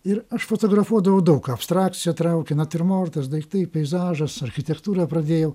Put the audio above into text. ir aš fotografuodavau daug abstrakcija traukė natiurmortas daiktai peizažas architektūrą pradėjau